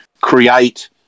create